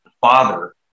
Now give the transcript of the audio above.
father